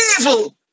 evil